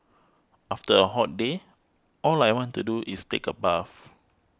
after a hot day all I want to do is take a bath